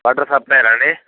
water సప్లైయరా అండి